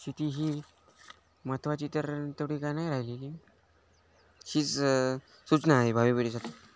शेती ही महत्त्वाची तर थोडी का नाही राहिलेली हीच सूचना आहे भावी पिढीसाठी